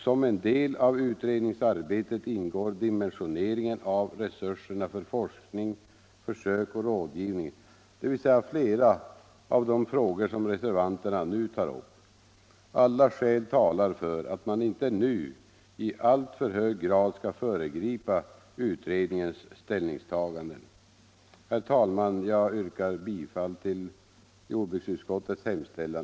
Som en del av utredningsarbetet ingår dimensioneringen av resurserna för forskning, försök och rådgivning, dvs. flera av de frågor som reservanterna nu tar upp. Alla skäl talar för att man inte nu i alltför hög grad skall föregripa utredningens ställningstaganden.